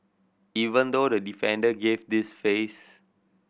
even though the defender gave this face